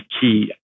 key